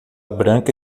branca